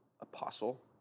apostle